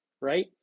right